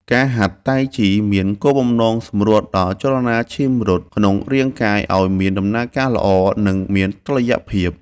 ការហាត់តៃជីមានគោលបំណងសម្រួលដល់ចរន្តឈាមរត់ក្នុងរាងកាយឱ្យមានដំណើរការល្អ និងមានតុល្យភាព។